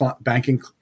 banking